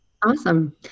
Awesome